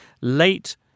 late